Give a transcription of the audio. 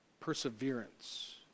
Perseverance